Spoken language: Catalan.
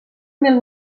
mil